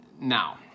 Now